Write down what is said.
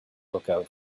lookout